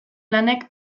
lanek